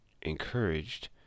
encouraged